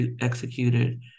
executed